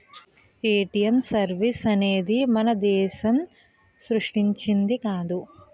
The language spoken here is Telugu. పేటీఎం సర్వీస్ అనేది మన దేశం సృష్టించింది కాదు